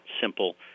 simple